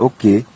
Okay